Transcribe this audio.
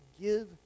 give